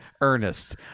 Ernest